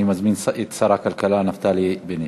אני מזמין את שר הכלכלה נפתלי בנט.